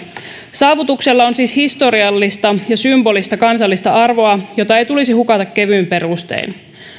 saavutuksella on siis historiallista ja symbolista kansallista arvoa jota ei tulisi hukata kevyin perustein